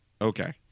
Okay